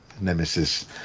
Nemesis